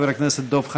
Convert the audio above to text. חבר הכנסת דב חנין,